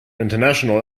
international